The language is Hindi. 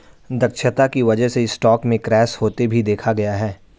दक्षता की वजह से स्टॉक में क्रैश होते भी देखा गया है